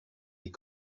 des